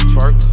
Twerk